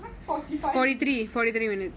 !huh! forty five